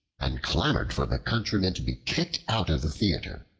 and clamored for the countryman to be kicked out of the theater.